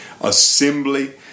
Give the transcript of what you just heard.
assembly